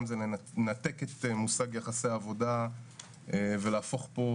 זה לנתק את מושג יחסי העבודה ולהפוך פה